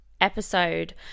episode